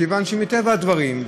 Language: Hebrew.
מכיוון שמטבע הדברים,